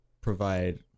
provide